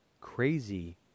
crazy